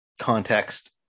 context